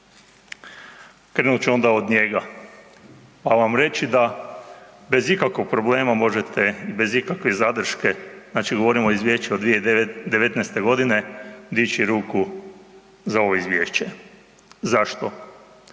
krenut ću onda od njega pa vam reći da bez ikakvog problema možete i bez ikakve zadrške, znači govorimo o izvješću 2019. g., dići ruku za ovo izvješće. Zašto?